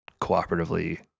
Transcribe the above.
cooperatively